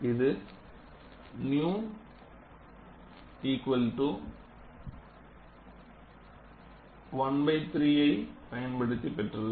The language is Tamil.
இது 𝝼 1 3 ஐப் பயன்படுத்தி பெற பெற்றது